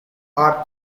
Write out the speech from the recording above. are